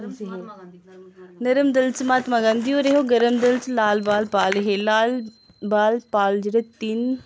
नर्म दल च महात्मा गांधी होर हे और गर्म दल च लाल बाल पाल हे लाल बाल पाल जेह्ड़े तिन्न